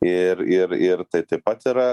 ir ir ir tai taip pat yra